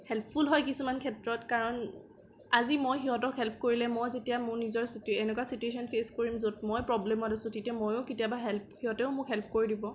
helpful হয় কিছুমান ক্ষেত্ৰত কাৰণ আজি মই সিহঁতক হেল্প কৰিলে মই যেতিয়া মোৰ নিজৰ এনেকুৱা ছিটুৱেচন ফেছ কৰিম য'ত মই প্ৰব্লেমত আছোঁ তেতিয়া ময়ো কেতিয়াবা হেল্প সিহঁতেও মোক হেল্প কৰি দিব